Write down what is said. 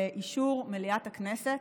לאישור מליאת הכנסת,